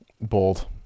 Bold